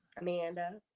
amanda